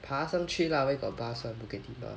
爬上去 lah where got bus [one] bukit timah